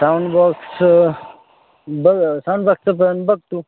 sound बॉक्सचं बघ sound बॉक्सचं पण बघ तू